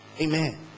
Amen